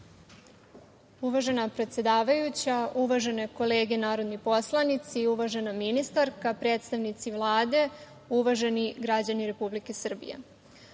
Uvažena predsedavajuća, uvažene kolege narodni poslanici, uvažena ministarka, predstavnici Vlade, uvaženi građani Republike Srbije,